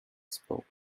spoke